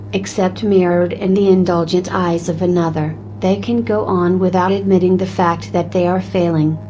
except mirrored in the indulgent eyes of another, they can go on without admitting the fact that they are failing.